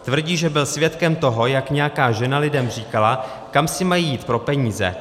Tvrdí, že byl svědkem toho, jak nějaká žena lidem říkala, kam si mají jít pro peníze.